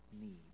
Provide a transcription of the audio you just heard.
need